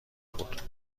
بود